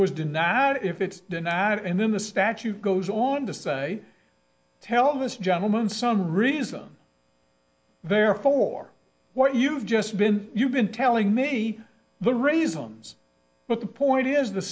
was denied not if it's not and then the statute goes on to say tell this gentleman some reason there for what you've just been you've been telling me the reasons but the point is the